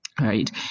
right